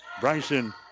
Bryson